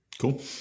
Cool